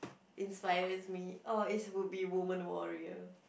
inspires me oh is would be Woman-Warrior